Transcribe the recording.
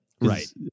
Right